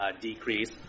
decrease